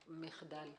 מחדל